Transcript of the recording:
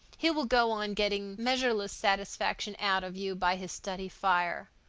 he will go on getting measureless satisfaction out of you by his study fire.